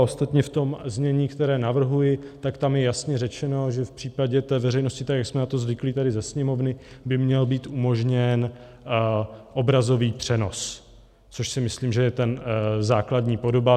Ostatně v tom znění, které navrhuji, tam je jasně řečeno, že v případě té veřejnosti, tak jak jsme na to zvyklí tady ze Sněmovny, by měl být umožněn obrazový přenos, což si myslím, že je ta základní podoba.